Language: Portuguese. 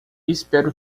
espero